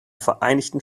vereinigten